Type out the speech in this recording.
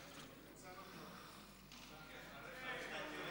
כשאתה תרד,